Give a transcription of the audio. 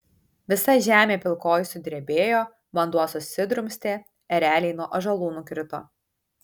visa žemė pilkoji sudrebėjo vanduo susidrumstė ereliai nuo ąžuolų nukrito